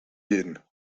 gehen